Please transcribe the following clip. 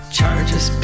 charges